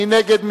מי נגד?